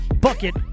bucket